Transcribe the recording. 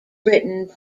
written